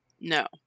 No